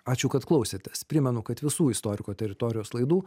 ačiū kad klausėtės primenu kad visų istoriko teritorijos laidų